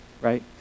Right